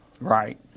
Right